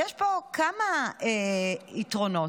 יש פה כמה יתרונות.